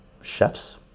chefs